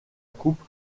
coupe